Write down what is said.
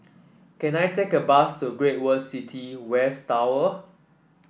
can I take a bus to Great World City West Tower